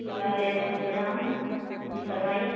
وعلیکم السلام جی فرمائیے